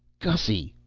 gussy!